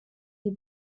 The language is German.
die